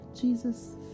jesus